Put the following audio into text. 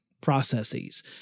processes